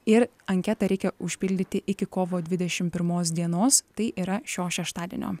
ir anketą reikia užpildyti iki kovo dvidešim pirmos dienos tai yra šio šeštadienio